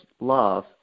love